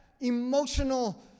emotional